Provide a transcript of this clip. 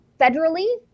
federally